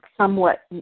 somewhat